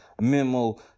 memo